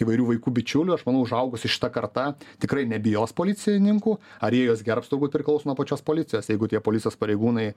įvairių vaikų bičiulių aš manau užaugusi šita karta tikrai nebijos policininkų ar jie juos gerbs turbūt priklauso nuo pačios policijos jeigu tie policijos pareigūnai